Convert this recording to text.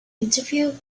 interview